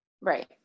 Right